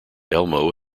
elmo